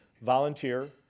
volunteer